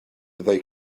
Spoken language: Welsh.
byddai